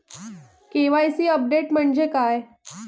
KYC update म्हणजे काय?